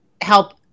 help